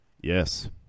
Yes